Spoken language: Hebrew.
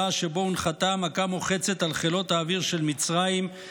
שבו הונחתה מכה מוחצת על חילות האוויר של מצרים,